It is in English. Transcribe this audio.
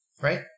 right